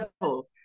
level